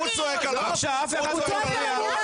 אף אחד לא מפריע.